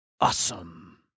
Awesome